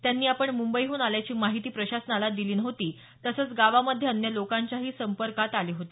त्यांनी आपण मुंबईहून आल्याची माहिती प्रशासनाला दिली नव्हती तसंच गावामध्ये अन्य लोकांच्याही संपर्कात आले होते